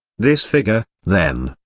this figure, then,